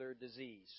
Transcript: disease